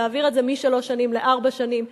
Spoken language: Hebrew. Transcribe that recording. להעביר את זה משלוש שנים לארבע שנים.